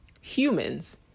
humans